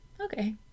Okay